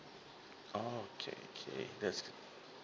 okay okay that's good